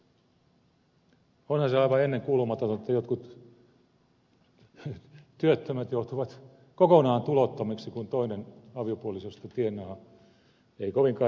onhan se aivan ennenkuulumatonta että jotkut työttömät joutuvat kokonaan tulottomiksi kun toinen aviopuolisoista tienaa ei kovinkaan isoa palkkaa